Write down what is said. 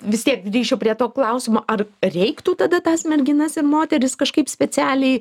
vis tiek grįšiu prie to klausimo ar reiktų tada tas merginas ir moteris kažkaip specialiai